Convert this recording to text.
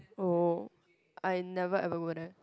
oh I never ever go there